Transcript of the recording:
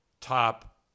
top